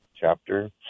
chapter